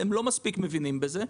הם לא מספיק מבינים בזה.